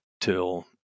till